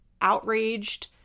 outraged